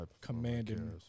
commanding